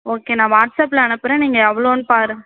okay நான் வாட்ஸ்ஆப்பில் அனுப்புகிறேன் நீங்கள் எவ்வளோன்னு பார்